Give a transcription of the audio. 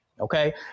okay